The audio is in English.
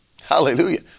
Hallelujah